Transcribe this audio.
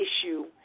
issue